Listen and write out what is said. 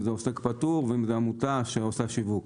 אם זה עוסק פטור ואם זה עמותה שעושה שיווק,